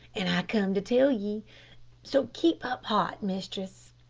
an' i come to tell ye so keep up heart, mistress.